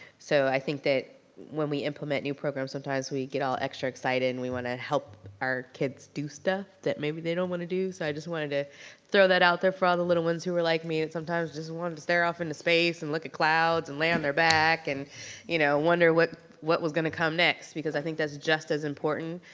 so i think that when we implement new programs sometimes we get all extra excited and we wanna help our kids do stuff that maybe they don't wanna do. so i just wanted to throw that out there for all the little ones who were like me and sometimes just wanted to stare off into space and look at clouds and lay on their back. and you know, wonder what what was gonna come next because i think that's just as important